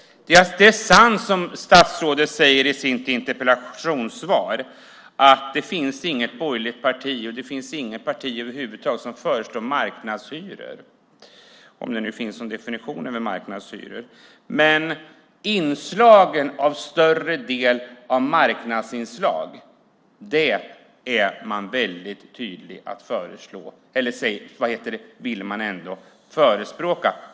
Det är sant, som statsrådet säger i sitt interpellationssvar, att det inte finns något borgerligt parti eller parti över huvud taget som föreslår marknadshyror, om det nu finns någon definition av marknadshyror. Men en större del av marknadsinslag vill man ändå förespråka.